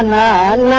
ah man